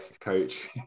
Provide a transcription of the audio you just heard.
coach